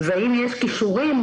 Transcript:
והאם יש קישורים,